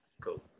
Cool